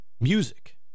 music